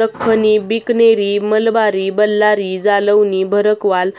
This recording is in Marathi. दख्खनी, बिकनेरी, मलबारी, बल्लारी, जालौनी, भरकवाल,